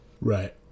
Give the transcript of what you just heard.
right